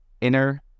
inner